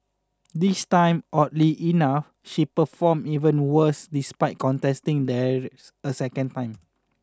this time oddly enough she performed even worse despite contesting there a second time